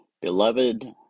Beloved